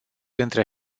între